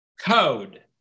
code